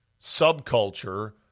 subculture